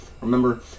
Remember